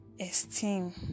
esteem